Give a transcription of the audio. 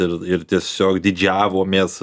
ir ir tiesiog didžiavomės